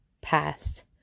past